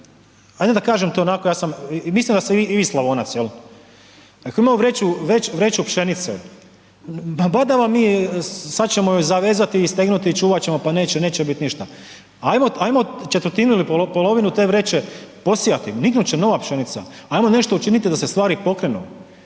ajde da kažem to onako, mislim da ste i vi Slavonac jel, dakle imamo vreću pšenice ma badava mi sada ćemo ju zavezati i stegnuti i čuvat ćemo pa neće biti ništa, ajmo četvrtinu ili polovinu te vreće posijati, niknut će nova pšenica. Ajmo nešto učiniti da se stvari pokrenu.